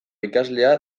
ikaslea